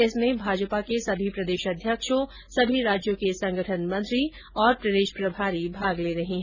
इसमें भाजपा के सभी प्रदेशाध्यक्षों सभी राज्यों के संगठन मंत्री और प्रदेश प्रभारी भाग ले रहे है